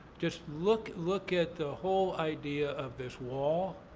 just look look at the whole idea of this wall.